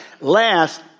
last